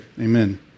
amen